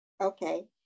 Okay